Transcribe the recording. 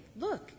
Look